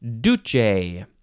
Duce